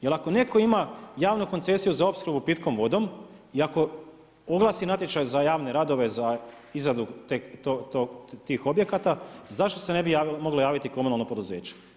Jer ako netko ima javnu koncesiju za opskrbu pitkom vodom i ako oglasi natječaj za javne radove, za izradu tih objekata zašto se ne bi moglo javiti komunalno poduzeće?